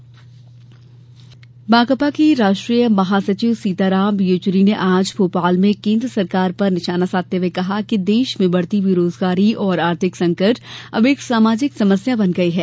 CPI Makapa के राष्ट्रीय महासचिव सीताराम येचुरी ने आज भोपाल में केन्द्र सरकार पर निशाना साधते हुये कहा कि देश में बढ़ती बेरोजगारी और आर्थिक संकट अब एक सामाजिक समस्या बन गयी है